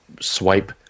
swipe